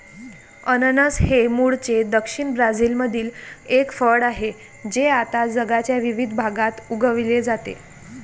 अननस हे मूळचे दक्षिण ब्राझीलमधील एक फळ आहे जे आता जगाच्या विविध भागात उगविले जाते